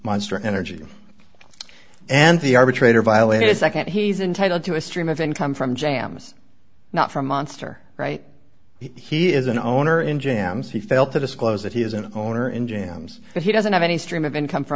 monster energy and the arbitrator violated a nd he's entitled to a stream of income from jamas not from monster right he is an owner in jams he failed to disclose that he is an owner in jams that he doesn't have any stream of income f